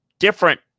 different